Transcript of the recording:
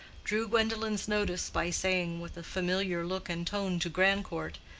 drew gwendolen's notice by saying with a familiar look and tone to grandcourt,